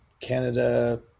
canada